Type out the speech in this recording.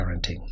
parenting